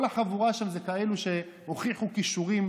כל החבורה שם הם כאלה שהוכיחו כישורים